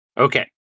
Okay